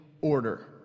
order